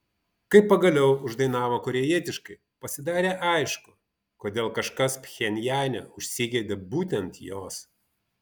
kai pagaliau uždainavo korėjietiškai pasidarė aišku kodėl kažkas pchenjane užsigeidė būtent jos